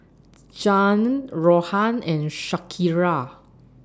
Zhane Rohan and Shakira